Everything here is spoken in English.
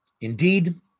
indeed